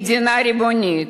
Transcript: מדינה ריבונית,